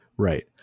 Right